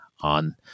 on